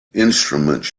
instruments